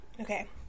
Okay